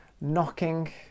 knocking